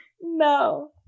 No